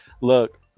look